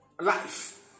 life